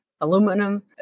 aluminum